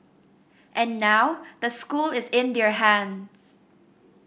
and now the school is in their hands